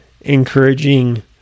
encouraging